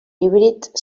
híbrids